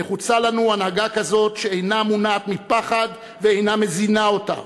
נחוצה לנו הנהגה כזאת שאינה מונעת מפחד ואינה מזינה אותו,